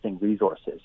resources